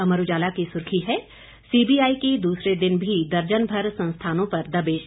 अमर उजाला की सुर्खी है सीबीआई की दूसरे दिन भी दर्जन भर संस्थानों पर दबिश